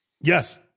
Yes